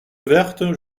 verte